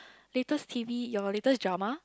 latest t_v your latest drama